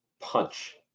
punch